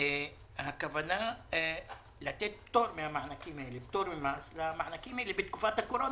הכוונה לתת פטור ממס למענקים האלה בתקופת הקורונה,